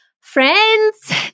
Friends